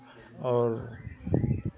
और